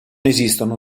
esistono